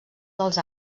dels